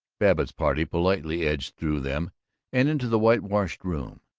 babbitt's party politely edged through them and into the whitewashed room,